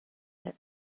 that